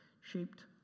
shaped